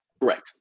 correct